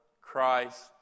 Christ